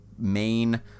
main